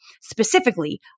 specifically